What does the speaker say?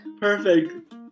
perfect